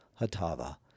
Hatava